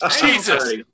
Jesus